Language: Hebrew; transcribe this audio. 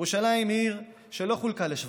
ירושלים היא עיר שלא חולקה לשבטים.